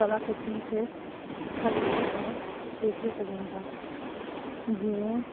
कलाकृतियुनि के ख़रीदे ऐं बेचे सघूं था जीअं